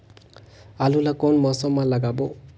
आलू ला कोन मौसम मा लगाबो?